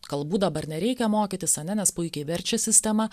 kalbų dabar nereikia mokytis ane nes puikiai verčia sistema